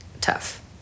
tough